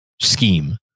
scheme